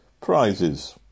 prizes